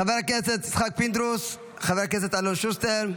חבר הכנסת יצחק פינדרוס, חבר הכנסת אלון שוסטר,